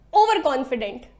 overconfident